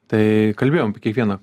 tai kalbėjom apie kiekvieną